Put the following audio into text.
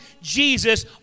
Jesus